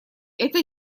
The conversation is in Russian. это